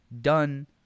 Done